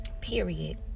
period